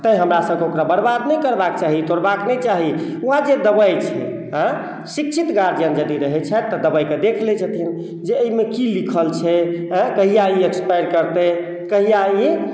तैँ हमरासभके बर्बाद नहि करबाक चाही तोड़बाक नहि चाही उएह जे दबाइ छै आँय शिक्षित गार्जियन यदि रहै छथि तऽ दवाइके देख लैत छथिन जे एहिमे की लिखल छै आँय कहिया ई एक्सपायर करतै कहिया ई